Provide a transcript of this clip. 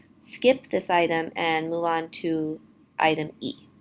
skip this item, and move on to item e.